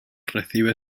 recibe